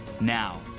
Now